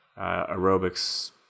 aerobics